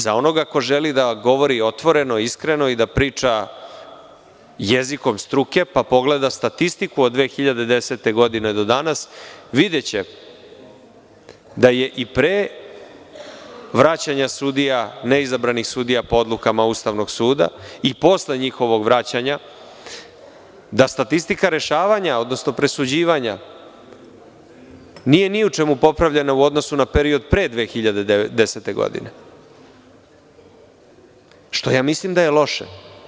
Za onoga ko želi da govori otvoreno, iskreno i da priča jezikom struke, pa pogleda statistiku od 2010. godine do danas, videće da je i pre vraćanja sudija neizabranih sudija po odlukama Ustavnog suda i posle njihovog vraćanja, da statistika rešavanja, odnosno presuđivanja nije ni u čemu popravljena u odnosu na period pre 2010. godine, što ja mislim da je loše.